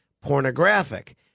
pornographic